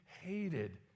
hated